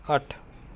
ਅੱਠ